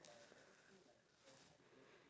yes